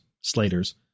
Slaters